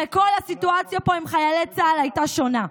וכל הסיטואציה פה עם חיילי צה"ל הייתה שונה.